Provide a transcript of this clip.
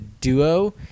duo